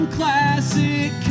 classic